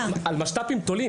משת"פים תולים.